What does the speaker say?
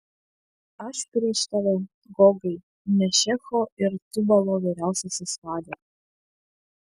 aš prieš tave gogai mešecho ir tubalo vyriausiasis vade